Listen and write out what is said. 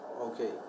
Okay